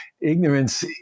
ignorance